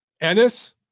Ennis